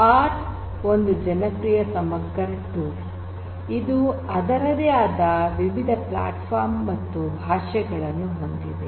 R ಒಂದು ಜನಪ್ರಿಯ ಸಮಗ್ರ ಟೂಲ್ ಇದು ಅದರದೇ ಆದ ವಿವಿಧ ಪ್ಲಾಟ್ಫಾರ್ಮ್ ಮತ್ತು ಭಾಷೆಗಳನ್ನು ಹೊಂದಿದೆ